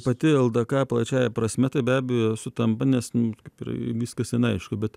pati ldk plačiąja prasme tai be abejo sutampa nes kaip ir viskas ten aišku bet